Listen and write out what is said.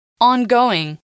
Ongoing